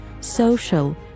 Social